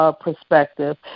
perspective